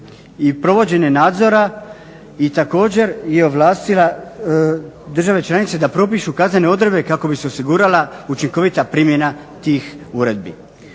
i provođenje nadzora i također je ovlastila države članice da propišu kaznene odredbe kako bi se osigurala učinkovita primjena tih uredbi.